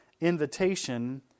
Invitation